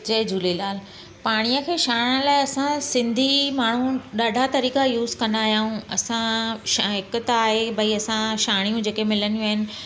जय झूलेलाल पाणीअ खे छाणण लाइ असां सिंधी माण्हू ॾाढा तरीक़ा यूस कंदा आहियूं असां छा हिकु त आहे भई असां छाणियूं जेके मिलंदियूं आहिनि